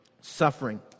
suffering